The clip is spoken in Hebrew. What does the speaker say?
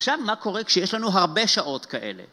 עכשיו מה קורה כשיש לנו הרבה שעות כאלה?